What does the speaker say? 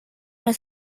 los